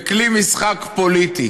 לכלי משחק פוליטי